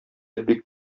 бик